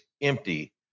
empty